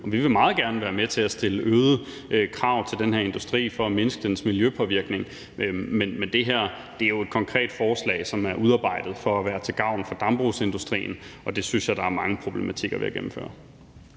Vi vil meget gerne være med til at stille øgede krav til den her industri for at mindske dens miljøpåvirkning. Men det her er jo et konkret forslag, som er udarbejdet for at være til gavn for dambrugsindustrien, og det synes jeg der er mange problematikker ved at gennemføre.